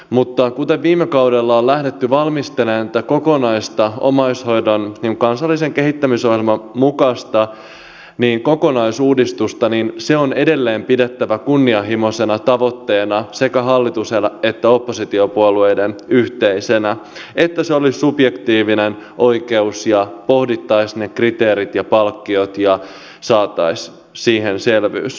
mutta kuten viime kaudella on lähdetty valmistelemaan tätä kansallisen omaishoidon kehittämisohjelman mukaista kokonaisuudistusta niin se on edelleen pidettävä kunnianhimoisena tavoitteena sekä hallituksen että oppositiopuolueiden yhteisenä että se olisi subjektiivinen oikeus ja pohdittaisiin ne kriteerit ja palkkiot ja saataisiin siihen selvyys